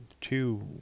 two